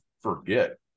forget